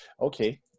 okay